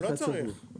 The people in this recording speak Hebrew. לא צריך,